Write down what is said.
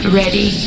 ready